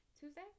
Tuesday